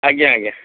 ଆଜ୍ଞା ଆଜ୍ଞା